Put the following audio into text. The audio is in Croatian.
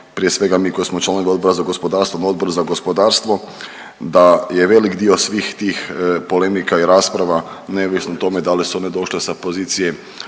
prije svega mi koji smo članovi Odbora za gospodarstvo na Odboru za gospodarstvo da je velik dio svih tih polemika i rasprava nevezano o tome da li su one došle sa pozicije